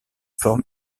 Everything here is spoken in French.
forme